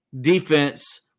defense